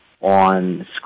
on